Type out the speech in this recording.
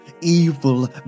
evil